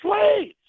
slaves